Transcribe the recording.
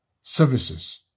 services